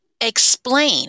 explain